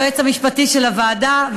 היועץ המשפטי של הוועדה,